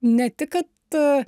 ne tik kad